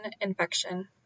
infection